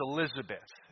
Elizabeth